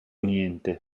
niente